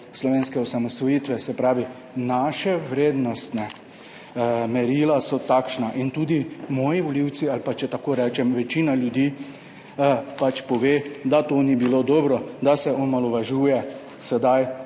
slovenske osamosvojitve. Se pravi, naša vrednostna merila so takšna in tudi moji volivci ali pa, če tako rečem, večina ljudi pač pove, da to ni bilo dobro, da se omalovažuje sedaj